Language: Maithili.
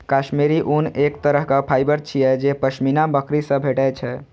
काश्मीरी ऊन एक तरहक फाइबर छियै जे पश्मीना बकरी सं भेटै छै